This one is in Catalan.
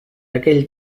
aquell